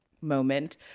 moment